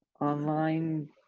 online